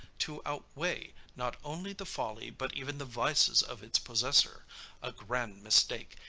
to outweigh, not only the folly, but even the vices of its possessor a grand mistake,